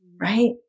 right